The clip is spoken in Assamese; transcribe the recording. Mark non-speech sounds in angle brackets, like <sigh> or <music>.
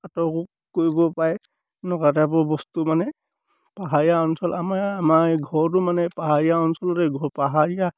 <unintelligible> কৰিব পাৰে এনেকুৱা টাইপৰ বস্তু মানে পাহাৰীয়া অঞ্চল আমাৰ আমাৰ ঘৰটো মানে পাহাৰীয়া অঞ্চলতে ঘৰ পাহাৰীয়া